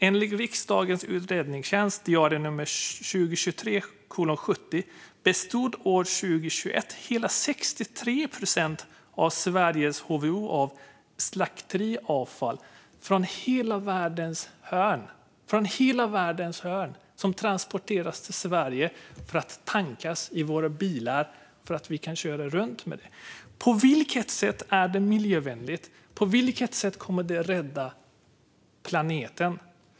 Enligt riksdagens utredningstjänsts rapport 2023:70 bestod hela 63 procent av Sveriges HVO år 2021 av slakteriavfall från världens alla hörn. Det transporterades från hela världen till Sverige för att tankas i våra bilar så att vi skulle kunna köra runt. På vilket sätt är det miljövänligt? På vilket sätt kommer det att rädda planeten?